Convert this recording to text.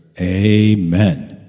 Amen